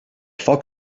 foc